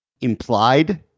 implied